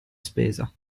spesa